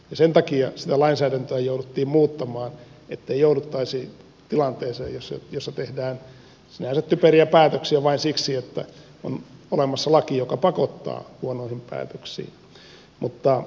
sen takia sitä lainsäädäntöä jouduttiin muuttamaan ettei jouduttaisi tilanteeseen jossa tehdään sinänsä typeriä päätöksiä vain siksi että on olemassa laki joka pakottaa huonoihin päätöksiin